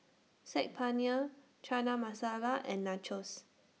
Saag Paneer Chana Masala and Nachos